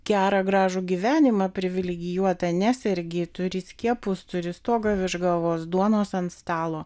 gerą gražų gyvenimą privilegijuotą nesergi turi skiepus turi stogą virš galvos duonos ant stalo